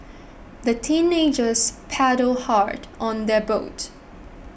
the teenagers paddled hard on their boat